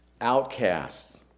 outcasts